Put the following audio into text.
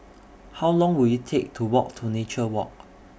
How Long Will IT Take to Walk to Nature Walk